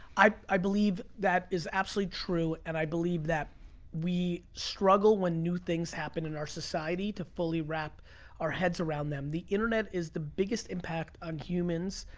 i i believe that is absolutely true, and i believe that we struggle when new things happen in our society to fully wrap our heads around them. the internet is the biggest impact on humans.